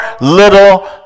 little